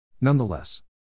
Nonetheless